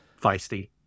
feisty